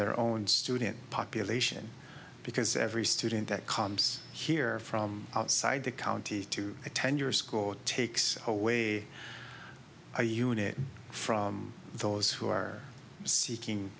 their own student population because every student that comes here from outside the county to attend your school or takes away a unit from those who are seeking